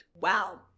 Wow